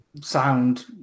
sound